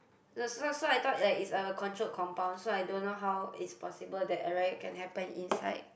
so so so I thought like it's a controlled compound so I don't how it's possible that a riot can happen inside